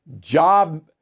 job